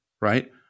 right